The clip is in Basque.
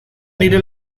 nire